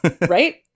right